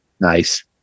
Nice